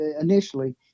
initially